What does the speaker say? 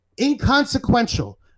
inconsequential